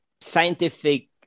scientific